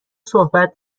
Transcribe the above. صحبت